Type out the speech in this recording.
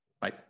bye